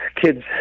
kids